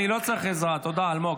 --- אני לא צריך עזרה, תודה, אלמוג.